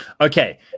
Okay